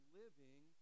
living